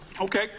Okay